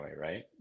Right